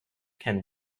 can